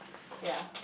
ya